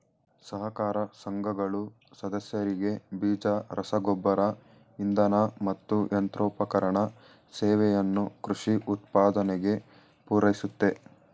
ಸಹಕಾರ ಸಂಘಗಳು ಸದಸ್ಯರಿಗೆ ಬೀಜ ರಸಗೊಬ್ಬರ ಇಂಧನ ಮತ್ತು ಯಂತ್ರೋಪಕರಣ ಸೇವೆಯನ್ನು ಕೃಷಿ ಉತ್ಪಾದನೆಗೆ ಪೂರೈಸುತ್ತೆ